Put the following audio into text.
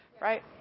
right